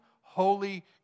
holy